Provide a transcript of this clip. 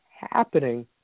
happening